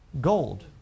Gold